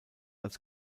als